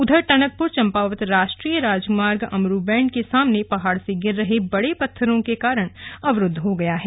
उधर टनकपुर चम्पावत राष्ट्रीय राजमार्ग अमरूबैंड के सामने पहाड़ से गिर रहे बड़े पत्थरों के कारण अवरूद्व हो गया है